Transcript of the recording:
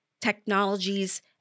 technologies